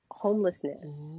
Homelessness